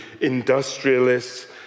industrialists